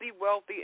wealthy